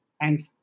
Thanks